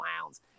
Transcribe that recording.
clowns